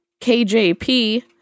KJP